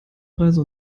reise